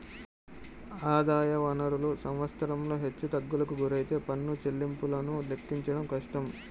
ఆదాయ వనరులు సంవత్సరంలో హెచ్చుతగ్గులకు గురైతే పన్ను చెల్లింపులను లెక్కించడం కష్టం